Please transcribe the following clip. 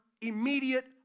immediate